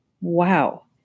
Wow